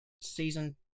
season